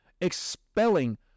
expelling